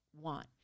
want